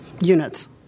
units